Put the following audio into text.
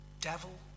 devil